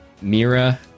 Mira